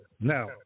Now